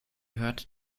hört